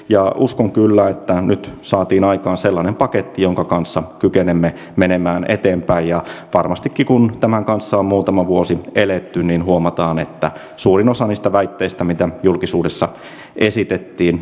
uskon kyllä että nyt saatiin aikaan sellainen paketti jonka kanssa kykenemme menemään eteenpäin ja varmastikin kun tämän kanssa on muutama vuosi eletty niin huomataan että suurin osa niistä negatiivisista väitteistä joita julkisuudessa esitettiin